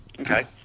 Okay